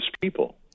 people